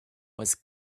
was